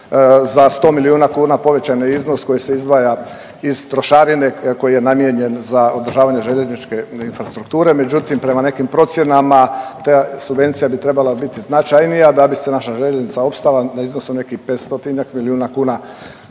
za 100 milijuna kuna povećan je iznos koji se izdvaja iz trošarine koji je namijenjen za održavanje željezničke infrastrukture. Međutim, prema nekim procjenama ta subvencija bi trebala biti značajnija da bi se naša željeznica opstala na iznos od nekih 500-tinjak miliona kuna